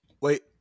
Wait